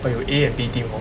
but 有 A and B team hor